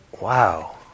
wow